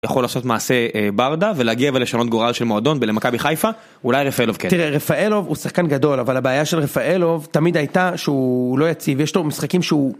יכול לעשות מעשה ברדה ולהגיע ולשנות גורל של מועדון בלמכה בחיפה אולי רפאלוב כן רפאלוב הוא שחקן גדול אבל הבעיה של רפאלוב תמיד הייתה שהוא לא יציב יש לו משחקים שהוא